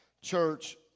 church